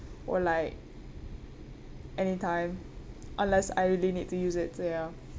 or like anytime unless I really need to use it so ya